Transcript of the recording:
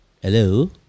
hello